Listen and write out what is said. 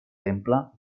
temple